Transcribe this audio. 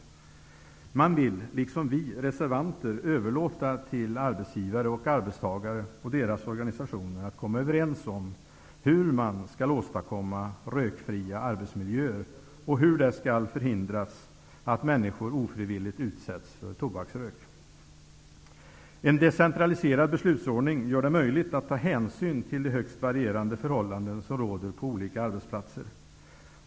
De vill, liksom vi reservanter, överlåta till arbetsgivare, arbetstagare och deras organisationer att komma överens om hur man skall åstadkomma rökfria arbetsmiljöer och hur man skall förhindra att människor ofrivilligt utsätts för tobaksrök. En decentraliserad beslutsordning gör det möjligt att ta hänsyn till de högst varierande förhållanden som råder på olika arbetsplatser.